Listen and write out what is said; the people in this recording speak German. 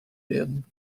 werden